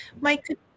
Mike